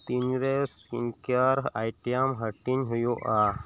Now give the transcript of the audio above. ᱛᱤᱱ ᱨᱮ skincare item ᱦᱟᱹᱴᱤᱧ ᱦᱩᱭᱩᱜᱼᱟ